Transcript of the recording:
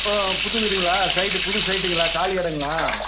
ஓ புது வீடுங்களா சைட்டு புது சைட்டுங்களா காலி இடங்ளா